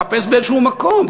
לחפש באיזשהו מקום,